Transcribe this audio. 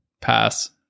pass